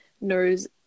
knows